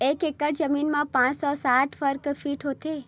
एक एकड़ जमीन मा पांच सौ साठ वर्ग फीट होथे